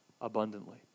abundantly